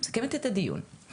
אני מסכמת את הדיון.